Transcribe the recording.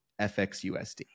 FXUSD